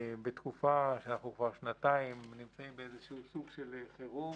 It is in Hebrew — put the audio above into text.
כבר שנתיים אנחנו נמצאים באיזשהו סוג של חירום,